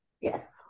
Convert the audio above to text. Yes